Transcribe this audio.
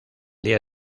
día